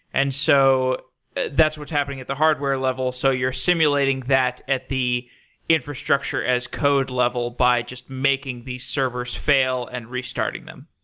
and so that's what's happening at the hardware level. so you're simulating that at the infrastructure as code level by just making these servers fail and restarting them.